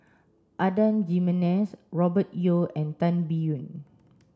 Adan Jimenez Robert Yeo and Tan Biyun